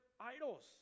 idols